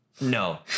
No